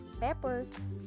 peppers